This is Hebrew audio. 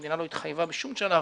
המדינה לא התחייבה בשום שלב